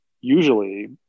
usually